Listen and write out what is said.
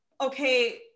okay